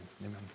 amen